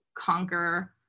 Conquer